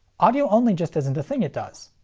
audio-only just isn't a thing it does.